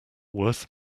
worth